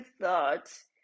thoughts